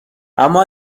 اما